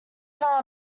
from